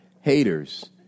haters